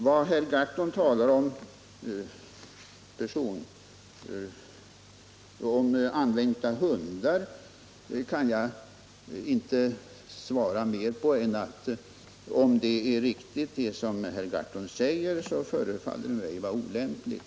Vidare: Om det är riktigt att man använder hundar på det sätt herr Gahrton säger förefaller det mig olämpligt.